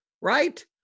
right